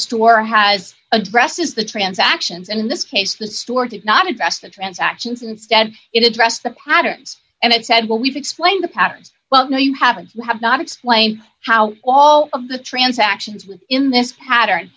store has addresses the transactions and in this case the store did not address the transactions instead it addressed the patterns and it said well we've explained the patterns well no you haven't you have not explained how all of the transactions with in this pattern